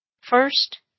First